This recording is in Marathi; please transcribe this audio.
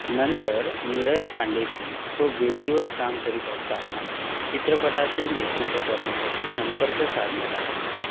नंतर नीरज पांडेशी तो बेबीवर काम करीत असताना चित्रपटाचे नेतृत्व करण्यासाठी संपर्क साधण्यात आला